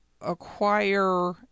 acquire